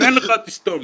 אם אין לך תסתום,